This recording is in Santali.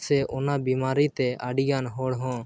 ᱥᱮ ᱚᱱᱟ ᱵᱤᱢᱟᱨᱤ ᱛᱮ ᱟᱹᱰᱤᱜᱟᱱ ᱦᱚᱲᱦᱚᱸ